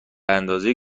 اندازه